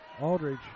Aldridge